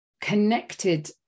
connected